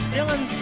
Dylan